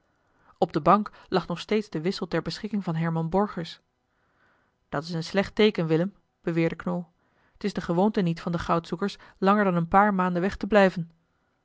op de bank lag nog steeds de wissel ter beschikking van herman borgers dat is een slecht teeken willem beweerde knol t is de gewoonte niet van de goudzoekers langer dan een paar maanden weg te blijven